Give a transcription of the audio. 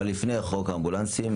אבל לפני חוק האמבולנסים,